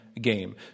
game